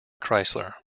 chrysler